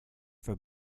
for